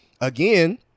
again